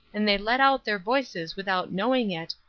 and they let out their voices without knowing it,